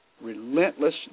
relentless